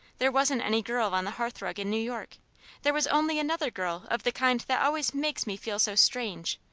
there wasn't any girl on the hearth-rug in new york there was only another girl of the kind that always makes me feel so strange,